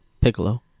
Piccolo